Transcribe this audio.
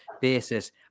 basis